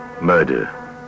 murder